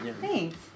Thanks